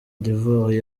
d’ivoire